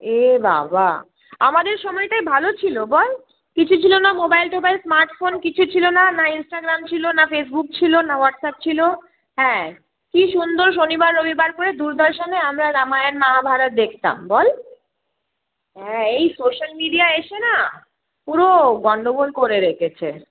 এ বাবা আমাদের সময়টাই ভালো ছিলো বল কিছু ছিল না মোবাইল টোবাইল স্মার্টফোন কিছু ছিলো না না ইন্সটাগ্রাম ছিলো না ফেসবুক ছিলো না হোয়াটসঅ্যাপ ছিল হ্যাঁ কি সুন্দর শনিবার রবিবার করে দূরদর্শনে আমরা রামায়ণ মহাভারত দেখতাম বল হ্যাঁ এই সোশ্যাল মিডিয়া এসে না পুরো গন্ডগোল করে রেখেছে